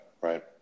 right